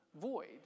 void